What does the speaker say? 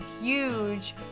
huge